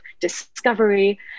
discovery